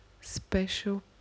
special